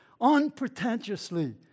unpretentiously